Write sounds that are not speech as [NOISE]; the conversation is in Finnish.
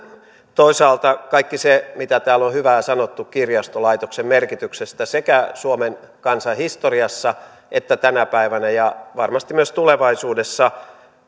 toisaalta kaikki se mitä täällä on hyvää sanottu kirjastolaitoksen merkityksestä sekä suomen kansan historiassa että tänä päivänä ja varmasti myös tulevaisuudessa [UNINTELLIGIBLE]